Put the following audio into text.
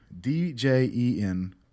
D-J-E-N